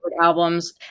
albums